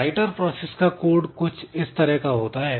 writer process का code कुछ इस तरह का होता है